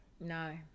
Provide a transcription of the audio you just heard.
No